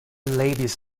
ladies